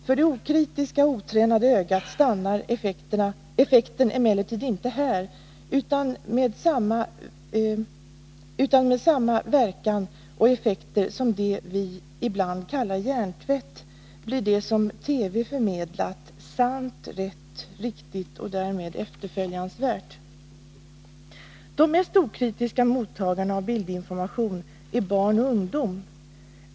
För det okritiska och otränade ögat stannar effekten emellertid inte här, utan det som TV förmedlar blir — med samma verkan och effekter som det vi ibland kallar hjärntvätt — sant, rätt, riktigt och därmed efterföljansvärt. De mest okritiska mottagarna av bildinformation är barn och ungdom.